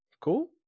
Cool